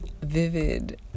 vivid